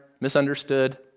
misunderstood